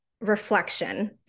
reflection